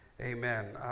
Amen